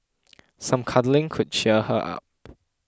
some cuddling could cheer her up